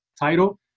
title